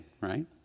right